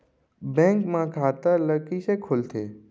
Bank म खाता ल कइसे खोलथे?